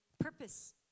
purpose